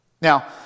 Now